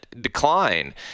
decline